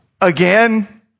again